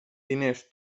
diners